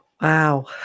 Wow